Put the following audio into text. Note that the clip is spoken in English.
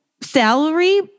salary